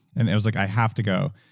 and it was like i have to go.